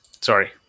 sorry